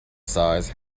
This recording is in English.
size